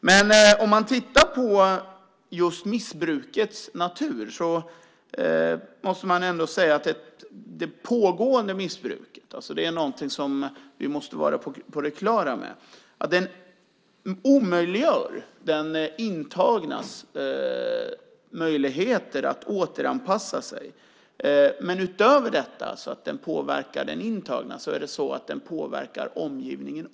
Men om man tittar på just missbrukets natur måste man ändå säga att det pågående missbruket - det är någonting som vi måste vara på det klara med - omöjliggör för den intagne att återanpassa sig. Utöver att det påverkar den intagne påverkar det också omgivningen.